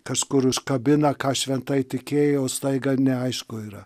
kažkur užkabina ką šventai tikėjau staiga neaišku yra